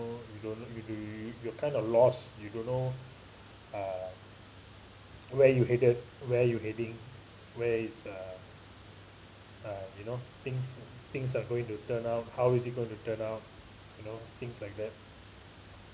you don't you you you kind of lost you don't know uh where you headed where you heading where uh uh you know things things are going to turn out how is it going to turn out you know things like that